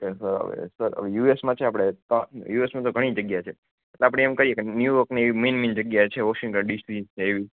okay sir હવે યુએસમાં છે આપડે યુએસમાં તો ઘણી જગ્યા છે આપડે એમ કહી કે ન્યુયોર્કની મેન મેન જગ્યા છે વોશિંગ્ટન ડીસી ને એવી